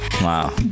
Wow